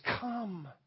come